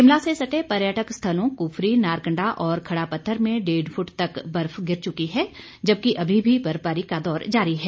शिमला से सटे पर्यटक स्थलों कुफरी नारकंडा और खड़ापत्थर में डेढ़ फूट तक बर्फ गिर चुकी है जबकि अभी भी बर्फबारी का दौर जारी है